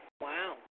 Wow